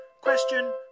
Question